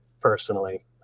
personally